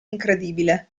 incredibile